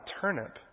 turnip